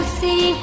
see